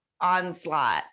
onslaught